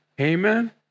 Amen